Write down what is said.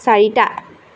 চাৰিটা